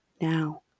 now